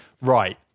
right